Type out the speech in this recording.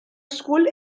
school